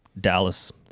Dallas